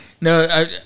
No